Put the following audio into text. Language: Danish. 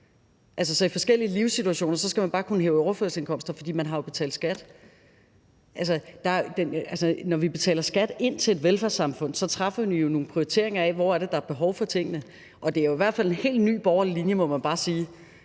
Så i forskellige livssituationer skal man bare kunne hæve overførselsindkomster, fordi man jo har betalt skat? Altså, når vi betaler skat ind til et velfærdssamfund, foretager vi jo nogle prioriteringer om, hvor det er, der er behov for tingene, og det er jo i hvert fald en helt ny borgerlig linje, må vi bare sige,